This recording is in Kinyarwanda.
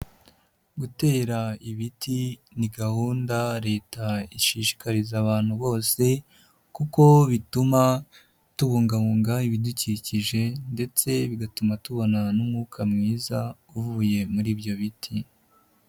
Gutera ibiti ni gahunda leta ishishikariza abantu bose, kuko bituma tubungabunga ibidukikije ndetse bigatuma tubona n'umwuka mwiza, uvuye muri ibyo biti.